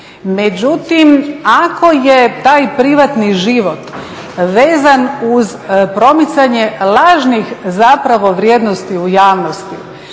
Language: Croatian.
međutim ako je taj privatni život vezan uz promicanje lažnih vrijednosti u javnosti